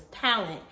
talent